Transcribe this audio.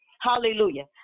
hallelujah